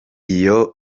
iyo